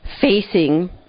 facing